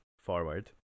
forward